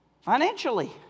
Financially